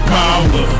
power